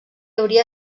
hauria